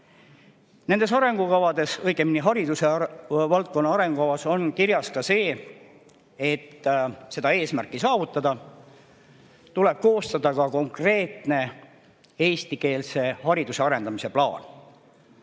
tagasi. Nendes arengukavades, õigemini haridusvaldkonna arengukavas, on kirjas ka see: selleks, et seda eesmärki saavutada, tuleb koostada konkreetne eestikeelse hariduse arendamise plaan.